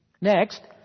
Next